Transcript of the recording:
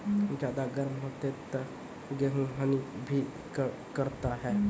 ज्यादा गर्म होते ता गेहूँ हनी भी करता है?